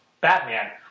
Batman